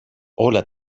όλα